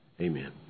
Amen